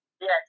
Yes